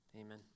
Amen